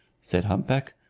said hump-back,